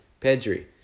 Pedri